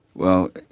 well,